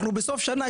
אנחנו בסוף שנה,